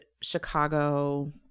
Chicago